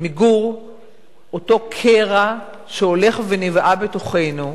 מיגור אותו קרע שהולך ונבעה בתוכנו.